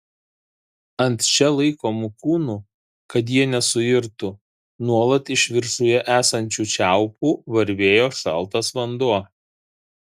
ant čia laikomų kūnų kad jie nesuirtų nuolat iš viršuje esančių čiaupų varvėjo šaltas vanduo